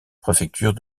préfecture